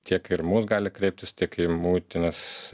tiek ir mus gali kreiptis tiek į muitinės